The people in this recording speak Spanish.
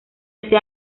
ese